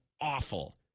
awful